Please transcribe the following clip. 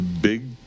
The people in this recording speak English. big